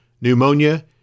pneumonia